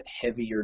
heavier